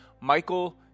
Michael